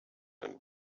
and